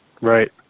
Right